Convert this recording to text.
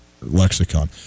lexicon